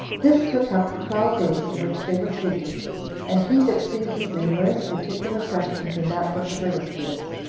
this took up the twelve days in which they were treated and he that pleases may learn the particular questions in that book of aristeus,